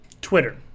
Twitter